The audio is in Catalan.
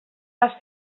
les